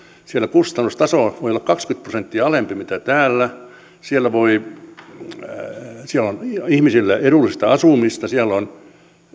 siellä kustannustaso voi olla kaksikymmentä prosenttia alempi kuin täällä siellä on ihmisillä edullista asumista siellä on